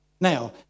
Now